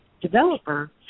developer